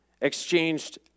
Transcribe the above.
exchanged